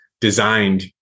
designed